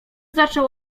zaczął